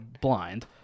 blind